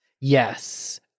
Yes